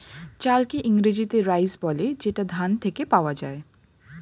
চালকে ইংরেজিতে রাইস বলে যেটা ধান থেকে পাওয়া যায়